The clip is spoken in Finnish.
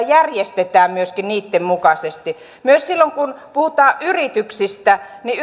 järjestetään myöskin niitten mukaisesti myös silloin kun puhutaan yrityksistä niin